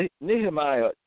Nehemiah